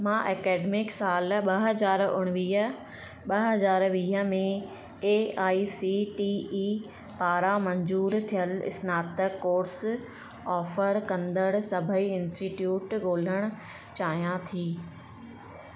मां ऐकडेमिक साल ॿ हज़ार उणिवीह ॿ हज़ार वीह में A I C T E पारां मंज़ूरु थियल स्नातक कोर्स ऑफर कंदड़ सभेई इन्स्टिट्यूट ॻोल्हणु चाहियां थी